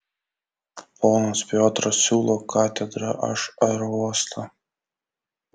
ponas piotras siūlo katedrą aš aerouostą